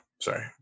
Sorry